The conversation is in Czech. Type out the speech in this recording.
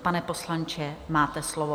Pane poslanče, máte slovo.